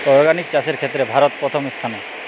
organic চাষের ক্ষেত্রে ভারত প্রথম স্থানে